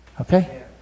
okay